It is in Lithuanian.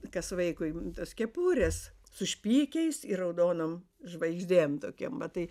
kas vaikui tos kepurės su šplikiais ir raudonom žvaigždėm tokiom matai